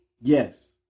yes